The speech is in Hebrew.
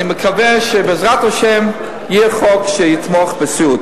אני מקווה שבעזרת השם יהיה חוק שיתמוך בסיעוד.